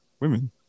women